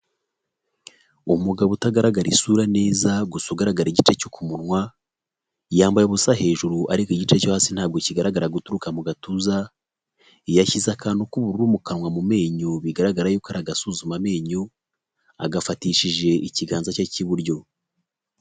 Umugabo utagaragara isura neza gusa ugaragara igice cyo munwa, yambaye ubusa hejuru ariko igice cyo hasi ntabwo kigaragara guturuka mu gatuza, yashyize akantu k'ubururu mu kanwa mu menyo bigaragara yuko ari gasuzuma amenyo, yagafatishije ikiganza cye cy'iburyo.